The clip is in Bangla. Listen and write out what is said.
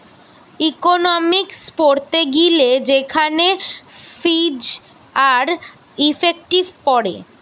ইকোনোমিক্স পড়তে গিলে সেখানে ফিজ আর ইফেক্টিভ পড়ে